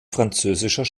französischer